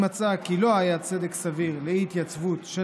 אם מצאה כי לא היה צדק סביר לאי-התייצבות של